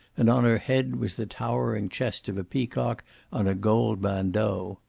and on her head was the towering chest of a peacock on a gold bandeau.